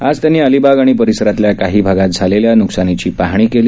आज त्यांनी अलिबाग आणि परिसरातल्या काही भागात झालेल्या नुकसानीची पाहणी केली